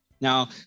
Now